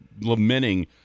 lamenting